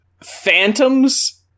Phantoms